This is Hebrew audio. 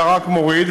אלא רק מוריד,